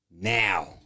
Now